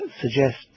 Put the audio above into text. suggest